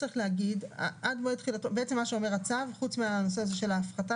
מה שאומר הצו חוץ מהנושא הזה של ההפחתה